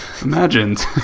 imagined